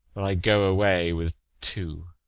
but i go away with two.